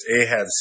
Ahab's